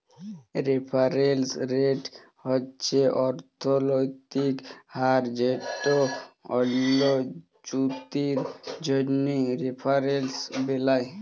referrals rate হছে অথ্থলৈতিক হার যেট অল্য চুক্তির জ্যনহে রেফারেলস বেলায়